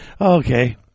Okay